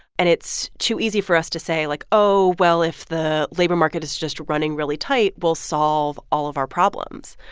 and it's too easy for us to say, like, oh, well, if the labor market is just running really tight, we'll solve all of our problems.